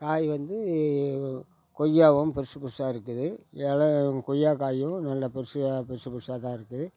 காய் வந்து கொய்யாவும் புதுசு புதுசாக இருக்குது எலை கொய்யா காயும் நல்ல பெருசாக பெருசாக பெருசாக தான் இருக்குது